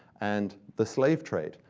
and the slave trade,